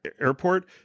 airport